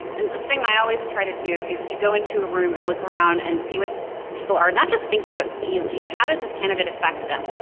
and a thing i always try to do is to go into a room and look around and see what people are not just thinking but feeling. how does this candidate affect them?